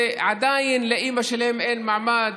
ועדיין לאימא שלהם אין מעמד,